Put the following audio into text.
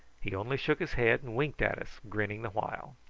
he only shook his head and winked at us, grinning the while.